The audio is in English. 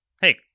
hey